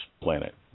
planet